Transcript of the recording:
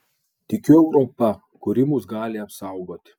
tikiu europa kuri mus gali apsaugoti